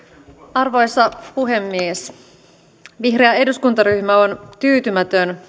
arvoisa puhemies vihreä eduskuntaryhmä on tyytymätön